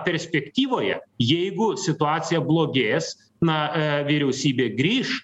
perspektyvoje jeigu situacija blogės na vyriausybė grįš